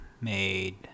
Made